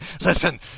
listen